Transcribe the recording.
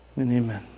Amen